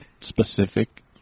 specific